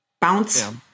bounce